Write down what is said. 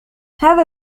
هذا